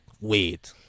wait